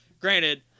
Granted